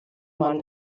mann